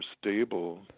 stable